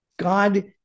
God